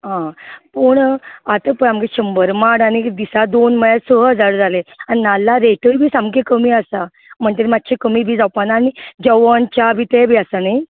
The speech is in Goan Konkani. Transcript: पूण आतां पळय आमगे शंबर माड आनी कि दिसा दोन म्हळ्या स हजार जाले आनी नाल्ला रेटय बी सामकी कमी आसा म्हणटरी मात्शे कमी बी जावपा ना आनी जेवण च्या बी ते बी आसा न्ही